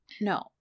no